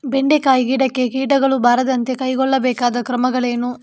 ಬೆಂಡೆಕಾಯಿ ಗಿಡಕ್ಕೆ ಕೀಟಗಳು ಬಾರದಂತೆ ಕೈಗೊಳ್ಳಬೇಕಾದ ಕ್ರಮಗಳೇನು?